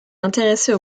intéressée